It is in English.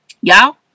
y'all